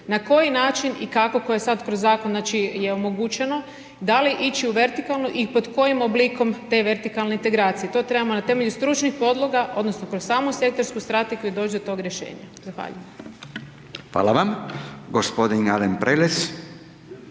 na koji način i kako koje je sada kroz zakon, znači, je omogućeno, da li ići u vertikalnu i pod kojim oblikom te vertikalne integracije. To trebamo na temelju stručnih podloga, odnosno, kroz samu sektorsku strategiju doći do tog rješenja. Zahvaljujem. **Radin, Furio